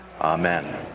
Amen